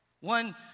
One